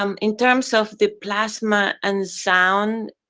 um in terms of the plasma and sound,